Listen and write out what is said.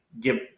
give